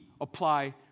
apply